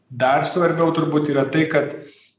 dar svarbiau turbūt yra tai kad